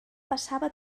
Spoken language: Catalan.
passava